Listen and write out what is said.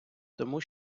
тому